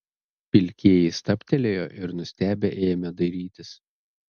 pilkieji stabtelėjo ir nustebę ėmė dairytis